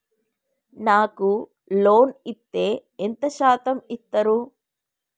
నాకు లోన్ ఇత్తే ఎంత శాతం ఇత్తరు?